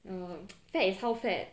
um fat is how fat